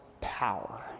power